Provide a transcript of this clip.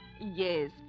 Yes